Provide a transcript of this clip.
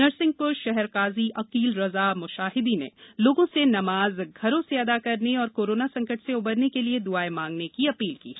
नरसिंहप्र शहर काजी अकील रजा मुशाहिदी ने लोगों से नमाज घरों से अदा करने और कोरोना संकट से उबरने के लिए दुआएं माँगने की अपील की है